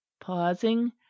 pausing